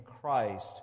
Christ